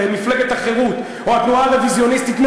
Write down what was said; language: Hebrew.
מפלגת חרות או התנועה הרוויזיוניסטית,